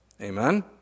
Amen